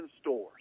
stores